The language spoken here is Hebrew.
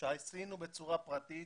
שעשינו בצורה פרטית